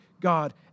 God